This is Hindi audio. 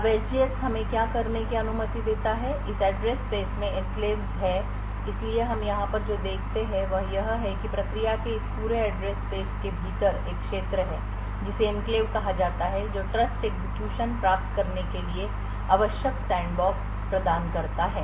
अब SGX हमें क्या करने की अनुमति देता है इस एड्रेस स्पेस में एन्क्लेव्स हैं इसलिए हम यहाँ पर जो देखते हैं वह यह है कि प्रक्रिया के इस पूरे एड्रेस स्पेस के भीतर एक क्षेत्र है जिसे एन्क्लेव कहा जाता है जो ट्रस्ट एक्जिक्यूटेशन प्राप्त करने के लिए आवश्यक सैंडबॉक्स वातावरण प्रदान करता है